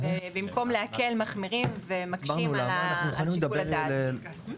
במקום להקל מחמירים ומקשים על שיקול הדעת.